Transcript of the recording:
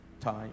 time